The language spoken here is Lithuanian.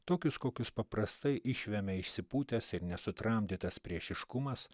tokius kokius paprastai išvemia išsipūtęs ir nesutramdytas priešiškumas